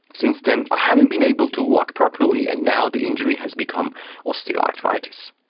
since then, i haven't been able to walk properly and now the injury has become osteoarthritis.